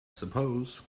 suppose